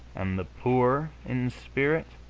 and the poor in spirit?